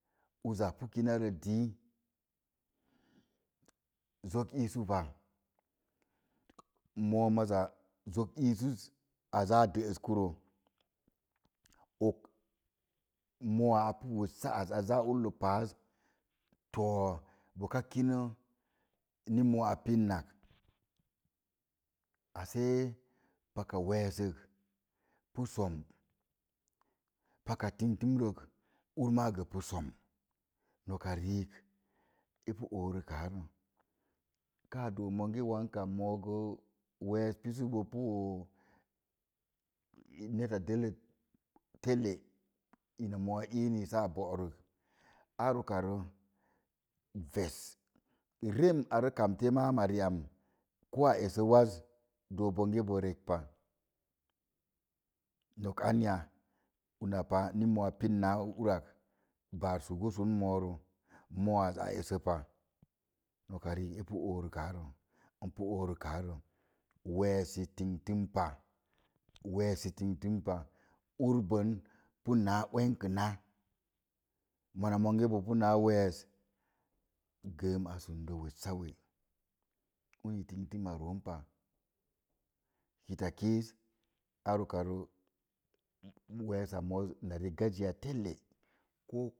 Uza pu kinaro dii zok isupa moo maza zok isuz aza dəəs kuro, ok mo a apu wessa az, aza ullə paaz to̱o̱ boka kino ni moo apinnak. Asee paka wees sok, pu som, paka tin gtum rok urma go pu som. Noka riik epu oorukaaro, kaa doo monge wonka moogo wees pisubo pu woo, neta dəllət telle ina moo iini saa bo'ruk. Ar ukaro ves, rem are kamte maam a riam, ko a eso waz, dook bonge bo rekpa. Nok anya, unapa ni moo apin naa urak baar sugugusun moorə, moaz a esəpa. Noka riik epu oorukaa ro, npu oorukaa ro, weessi tingtumpa, weessi tingtumpa, ur bən punan uwenkəna. Mona monge bo punaa wees gəəm a sundə wessawe. Uni tingtum a room pa. Kitakii e ar ukarə, weesa mooz na rigajiya telle ko